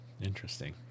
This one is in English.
Interesting